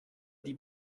die